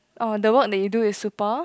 orh the work that you do is super